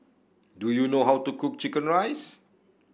do you know how to cook chicken rice